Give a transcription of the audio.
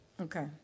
Okay